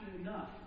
enough